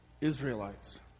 Israelites